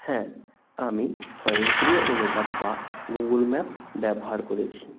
হ্যাঁ আমি স্বয়ংক্রিয় অনুপাত বা গুগল ম্যাপ ব্যবহার করেছি